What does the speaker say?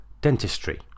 dentistry